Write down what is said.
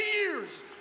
years